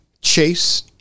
chase